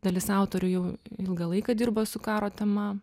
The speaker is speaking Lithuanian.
dalis autorių jau ilgą laiką dirba su karo tema